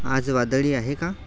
आज वादळी आहे का